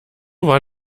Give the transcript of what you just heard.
war